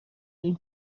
این